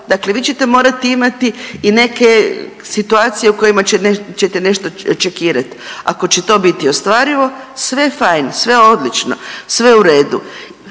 Dakle, vi ćete morati imati i neke situacije u kojima ćete nešto čekirati, ako će to biti ostvarivo sve fein, sve odlično, sve u redu.